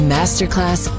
Masterclass